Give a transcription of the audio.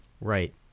Right